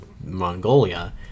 Mongolia